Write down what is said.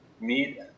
meet